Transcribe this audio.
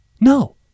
No